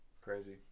Crazy